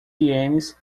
ienes